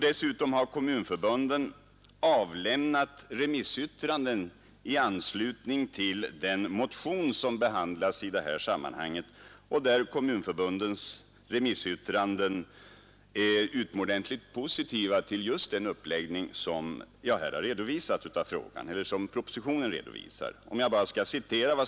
Dessutom har kommunförbunden avlämnat remissyttranden i anslutning till den motion som behandlas i detta sammanhang. Kommunförbundens remissyttranden är utomordentligt positiva till just den uppläggning som propositionen redovisar.